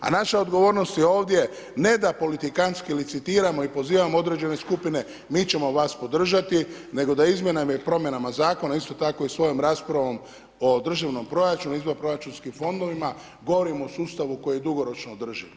A naša odgovornost je ovdje ne da politikanski licitiramo i pozivamo određene skupine, mi ćemo vas podržati nego da izmjenama i promjenama zakona a isto tako i svojom raspravom o državnom proračunu i izvanproračunskim fondovima govorimo o sustavu koji je dugoročno održiv.